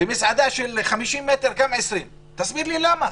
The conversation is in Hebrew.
ומסעדה של 50 מ"ר גם 20. תסביר לי למה.